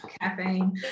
caffeine